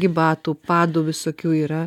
gi batų padų visokių yra